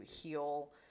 heal